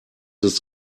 ist